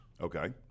Okay